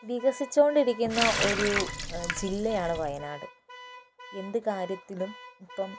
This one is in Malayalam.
വികസിച്ചുകൊണ്ടിരിക്കുന്ന ഒരു ജില്ലയാണ് വയനാട് എന്തു കാര്യത്തിലും ഇപ്പം